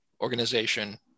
organization